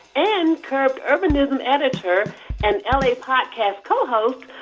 and curbed urbanism editor and ah la podcast co-host,